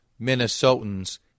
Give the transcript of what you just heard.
Minnesotans